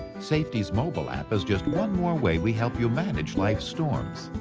safety's mobile app is just one more way we help you manage life's storms.